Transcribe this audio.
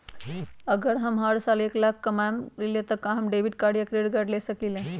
अगर हम हर साल एक लाख से कम कमावईले त का हम डेबिट कार्ड या क्रेडिट कार्ड ले सकीला?